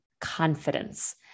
confidence